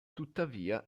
tuttavia